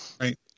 Right